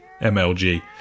MLG